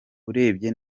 urebye